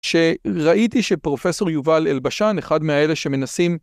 שראיתי שפרופסור יובל אלבשן, אחד מהאלה שמנסים...